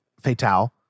Fatal